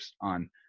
on